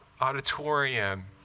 auditorium